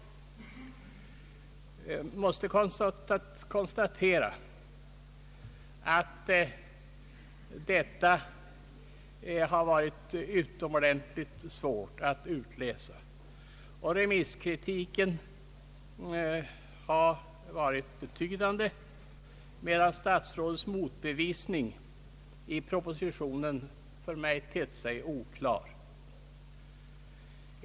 Men detta har varit minst sagt svårt att utläsa. Remisskritiken har också varit betydande, medan statsrådets motbevisning i propositionen tett sig oklar.